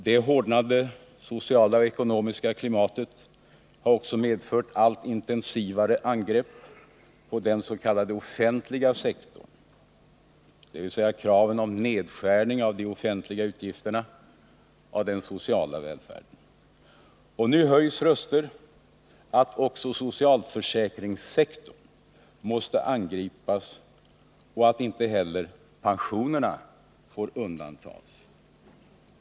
Det hårdnade sociala och ekonomiska klimatet har också medfört allt intensivare angrepp på den s.k. offentliga sektorn, dvs. kraven på en nedskärning av de offentliga utgifterna, av den sociala välfärden. Och nu höjs röster för att också socialförsäkringssektorn måste angripas och att inte heller pensionerna får undantas.